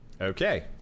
Okay